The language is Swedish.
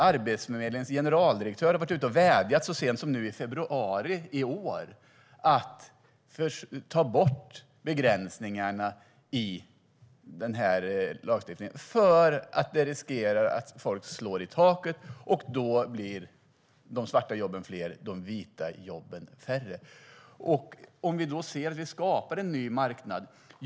Arbetsförmedlingens generaldirektör har varit ute och vädjat så sent som i februari i år om att vi ska ta bort begränsningarna i den här lagstiftningen för att det riskerar att folk slår i taket, och då blir de svarta jobben fler och de vita jobben färre.